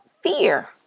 fear